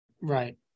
Right